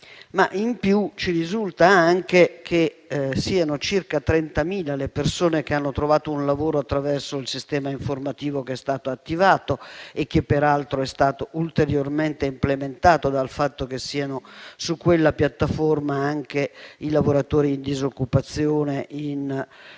questi. Ci risultainoltre che siano circa 30.000 le persone che hanno trovato un lavoro attraverso il sistema informativo che è stato attivato e che, peraltro, è stato ulteriormente implementato dal fatto che su quella piattaforma vi sono anche i lavoratori in disoccupazione, in cassa